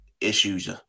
issues